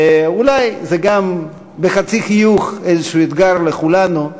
ואולי, זה גם בחצי חיוך, איזשהו אתגר לכולנו.